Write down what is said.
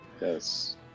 Yes